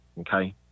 okay